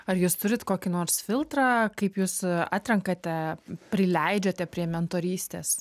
ar jūs turit kokį nors filtrą kaip jūs atrenkate prileidžiate prie mentorystės